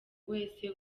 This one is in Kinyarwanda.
wese